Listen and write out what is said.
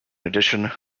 addition